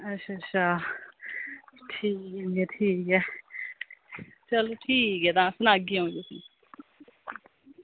अच्छा अच्छा ठीक ऐ ठीक ऐ चलो ठीक ऐ तां सनागी अंऊ तुसें ई